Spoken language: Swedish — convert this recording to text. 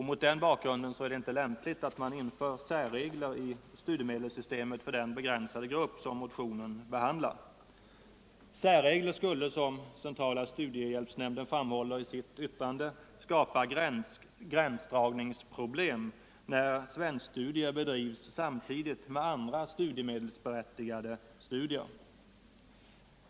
Mot den bakgrunden är det inte lämpligt att man inför särregler i studiemedelssystemet för den begränsade grupp som motionen avser. Särregler skulle, som centrala studiehjälpsnämnden framhåller i sitt yttrande, skapa gränsdragningsproblem när svenskstudier bedrivs samtidigt med andra studiemedelsberättigade studier.